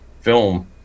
film